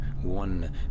one